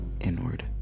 inward